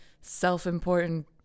Self-important